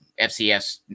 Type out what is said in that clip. FCS